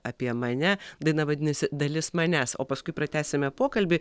apie mane daina vadinasi dalis manęs o paskui pratęsime pokalbį